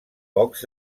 pocs